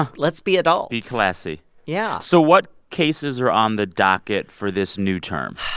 um let's be adults be classy yeah so what cases are on the docket for this new term?